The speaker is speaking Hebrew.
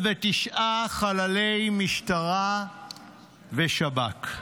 69 חללי משטרה ושב"כ.